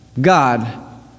God